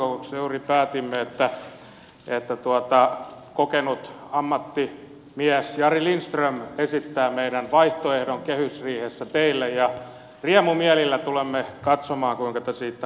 ryhmäkokouksessa juuri päätimme että kokenut ammattimies jari lindström esittää meidän vaihtoehdon kehysriihessä teille ja riemumielillä tulemme katsomaan kuinka te siitä nautitte